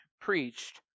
preached